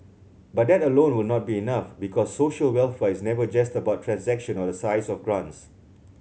but that alone will not be enough because social welfare is never just about transaction or the size of grants